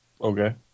Okay